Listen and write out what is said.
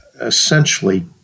essentially